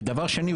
ודבר שני,